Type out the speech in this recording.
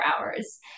hours